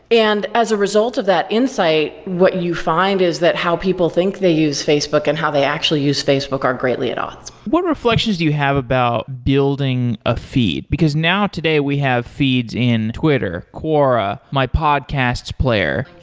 and as a result of that insight, what you find is that how people think they use facebook and how they actually use facebook are greatly at odds. what reflections do you have about building a feed? because now today, we have feeds in twitter, quora, my podcast player,